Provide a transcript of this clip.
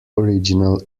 original